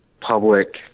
public